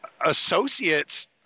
associates